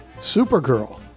Supergirl